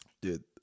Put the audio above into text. Dude